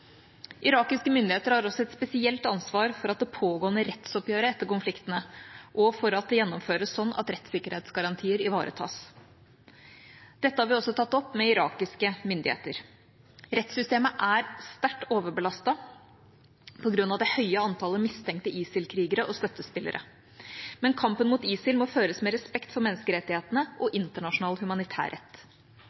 Irakiske myndigheter har også et spesielt ansvar for det pågående rettsoppgjøret etter konfliktene, og for at det gjennomføres sånn at rettssikkerhetsgarantier ivaretas. Dette har vi også tatt opp med irakiske myndigheter. Rettssystemet er sterkt overbelastet på grunn av det høye antallet mistenkte ISIL-krigere og -støttespillere. Men kampen mot ISIL må føres med respekt for menneskerettighetene og internasjonal